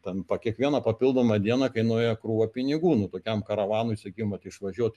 ten po kiekviena papildoma diena kainuoja krūvą pinigų nu tokiam karavanui sakykim vat išvažiuoti